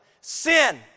Sin